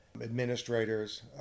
administrators